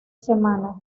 semana